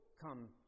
come